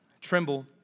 tremble